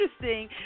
interesting